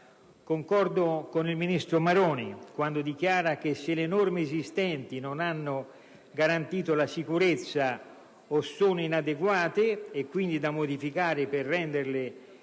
Concordo con il ministro Maroni quando dichiara che le norme esistenti, se non hanno garantito la sicurezza, sono inadeguate e quindi sono da modificare per renderle più efficaci,